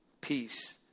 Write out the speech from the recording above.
Peace